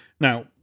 Now